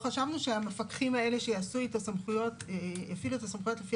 חשבנו שהמפקחים האלה שיפעילו את הסמכויות לפי